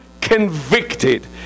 convicted